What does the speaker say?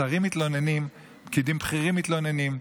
שרים מתלוננים, פקידים בכירים מתלוננים,